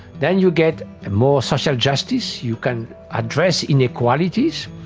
then you get more social justice, you can address inequalities.